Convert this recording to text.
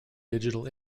digital